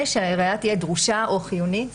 ושהראיה תהיה דרושה או חיונית,